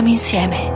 insieme